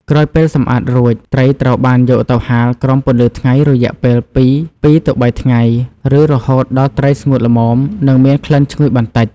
ក្រោយពេលសម្អាតរួច ត្រីត្រូវបានយកទៅហាលក្រោមពន្លឺថ្ងៃរយៈពេលពី ២ ទៅ ៣ ថ្ងៃ ឬរហូតដល់ត្រីស្ងួតល្មម និងមានក្លិនឈ្ងុយបន្តិច។